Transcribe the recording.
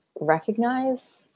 recognize